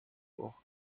port